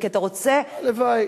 כי אתה רוצה, הלוואי.